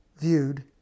viewed